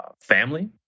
family